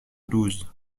douze